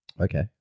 Okay